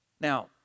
Now